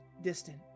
distant